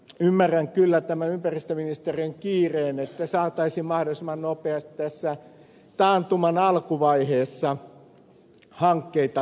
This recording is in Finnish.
ymmärrän kyllä tämän ympäristöministeriön kiireen että saataisiin mahdollisimman nopeasti tässä taantuman alkuvaiheessa hankkeita liikkeelle